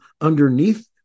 underneath